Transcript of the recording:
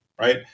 Right